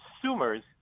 consumers